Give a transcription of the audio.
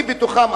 אני בתוכם.